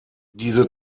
diese